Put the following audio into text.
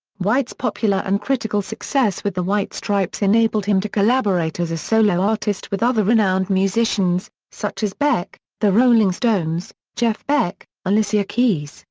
white's popular and critical success with the white stripes enabled him to collaborate as a solo artist with other renowned musicians, such as beck, the rolling stones, jeff beck, alicia keys,